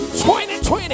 2020